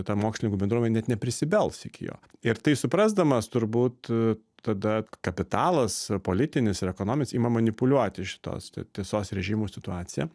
ta mokslininkų bendruomenė net neprisibels iki jo ir tai suprasdamas turbūt tada kapitalas ir politinis ir ekonominis ima manipuliuoti šitos tiesos režimų situacija